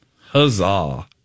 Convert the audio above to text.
Huzzah